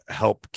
help